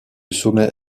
sommet